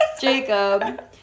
Jacob